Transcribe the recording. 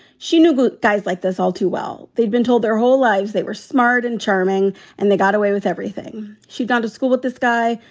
she knew guys like this all too well. they'd been told their whole lives. they were smart and charming and they got away with everything. she'd gone to school with this guy.